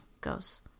goes